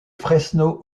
fresno